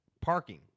Parking